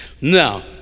Now